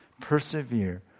persevere